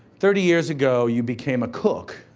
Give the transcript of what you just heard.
thirty years ago, you became a cook,